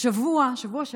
הלב שלי נכמר.